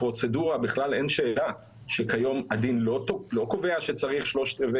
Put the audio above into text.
לגבי הפרוצדורה אין בכלל שאלה שכיום הדין לא קובע שצריך 3/4